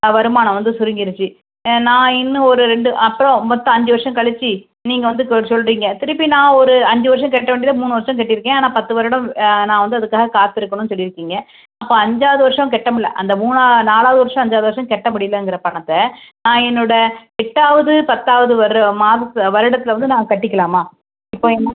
வருமானம் வந்து சுருங்கிரிச்சு நான் இன்னும் ஒரு ரெண்டு அப்புறோம் மொத்தம் அஞ்சு வருஷம் கழிச்சி நீங்கள் வந்து சொல்லுறிங்க திருப்பி நான் ஒரு அஞ்சு வருஷம் கட்ட வேண்டியதை மூணு வருஷம் கட்டியிருக்கேன் ஆனால் பத்து வருடம் நான் வந்து அதுக்காக காத்திருக்கணும்னு சொல்லியிருக்கிங்க இப்போ அஞ்சாவது வருஷம் கட்ட முல்ல அந்த மூணா நாலாவது வருஷம் அஞ்சாவது வருஷம் கட்ட முடியிலைங்குற பணத்தை நான் என்னோடய எட்டாவது பத்தாவது வர மாதத்தை வருடத்தில் வந்து நான் கட்டிக்கலாமா இப்போ